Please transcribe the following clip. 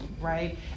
right